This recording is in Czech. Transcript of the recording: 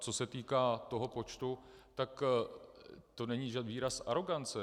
Co se týká toho počtu, tak to není výraz arogance.